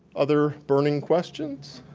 other burning questions?